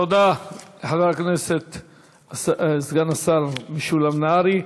תודה לסגן השר משולם נהרי.